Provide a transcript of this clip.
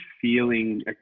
feeling